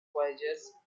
voyagers